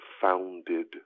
founded